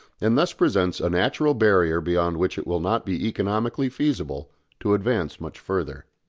and thus presents a natural barrier beyond which it will not be economically feasible to advance much further.